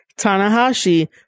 Tanahashi